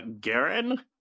Garen